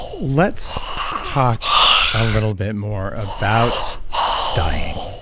let's talk a little bit more about dying.